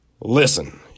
Listen